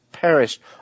perished